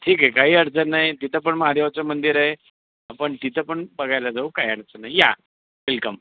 ठीक आहे काहीही अडचण नाही तिथं पण महादेवाचं मंदिर आहे आपण तिथं पण बघायला जाऊ काही अडचण नाही या वेलकम